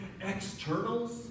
externals